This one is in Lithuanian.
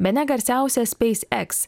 bene garsiausia speis eks